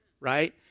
right